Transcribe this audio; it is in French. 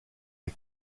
les